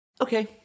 Okay